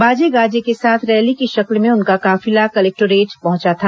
बाजे गाजे के साथ रैली की शक्ल में उनका काफिला कलेक्टोरेट पहुंचा था